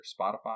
Spotify